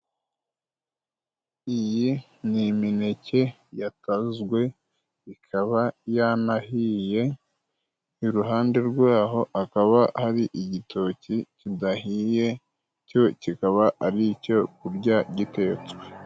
Iyi ni imineke yatazwe ikaba yanahiye, iruhande rwaho hakaba hari igitoki kidahiye cyo kikaba ari icyo kurya gitetswe.